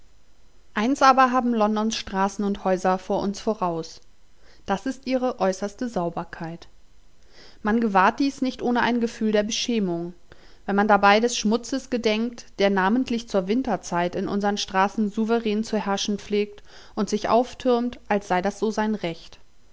eins aber haben londons straßen und häuser vor uns voraus das ist ihre äußerste sauberkeit man gewahrt dies nicht ohne ein gefühl der beschämung wenn man dabei des schmutzes gedenkt der namentlich zur winterzeit in unsern straßen souverän zu herrschen pflegt und sich auftürmt als sei das so sein recht